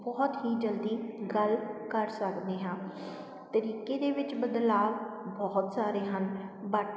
ਬਹੁਤ ਹੀ ਜਲ਼ਦੀ ਗੱਲ ਕਰ ਸਕਦੇ ਹਾਂ ਤਰੀਕੇ ਦੇ ਵਿੱਚ ਬਦਲਾਵ ਬਹੁਤ ਸਾਰੇ ਹਨ ਬੱਟ